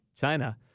China